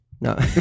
no